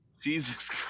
Jesus